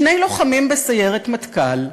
שני לוחמים בסיירת מטכ"ל,